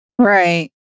Right